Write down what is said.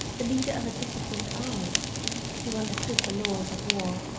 the leader of a disciplined army who understood the laws of war,